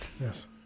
Yes